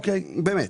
באמת.